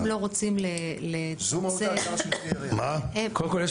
הם לא רוצים לצמצם את זה לכלי --- קודם כל,